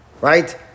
right